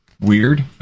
weird